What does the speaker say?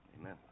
Amen